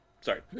sorry